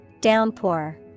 Downpour